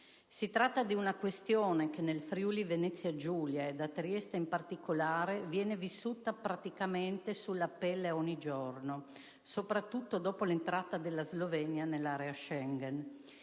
Si tratta di una questione che nel Friuli Venezia Giulia, e a Trieste in particolare, viene vissuta praticamente sulla pelle ogni giorno, soprattutto dopo l'entrata della Slovenia nell'area Schengen.